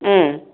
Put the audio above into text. ம்